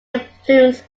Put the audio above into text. influences